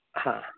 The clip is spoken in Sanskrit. हा